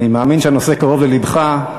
אני מאמין שהנושא קרוב ללבך,